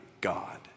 God